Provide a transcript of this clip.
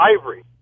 ivory